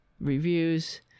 reviews